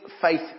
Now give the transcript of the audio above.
faith